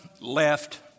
left